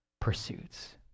pursuits